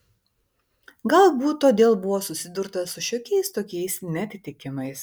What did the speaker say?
galbūt todėl buvo susidurta su šiokiais tokiais neatitikimais